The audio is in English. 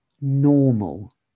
normal